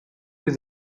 with